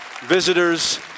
visitors